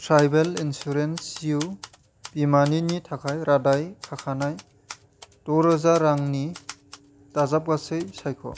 tribal insurance जिउ बीमानिनि थाखाय रादाय खाखानाय द' रोजा रांनि दाजाबगासै सायख'